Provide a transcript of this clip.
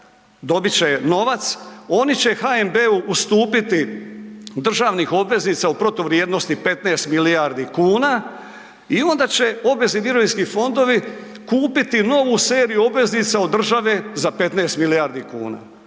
dobit će novac, oni će HNB-u ustupiti državnih obveznica u protuvrijednosti 15 milijardi kuna i onda će obvezni mirovinski fondovi kupiti novu seriju obveznica od države za 15 milijardi kuna